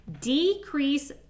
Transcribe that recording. decrease